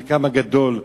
חלקם הגדול,